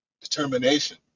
determination